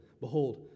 Behold